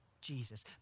Jesus